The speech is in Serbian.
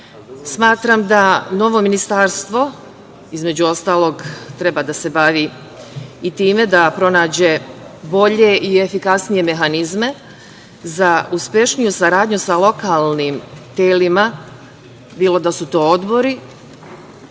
životu. Smatram da novo ministarstvo, između ostalog, treba da se bavi i time da pronađe bolje i efikasnije mehanizme za uspešniju saradnju sa lokalnim telima, bilo da su to odbori,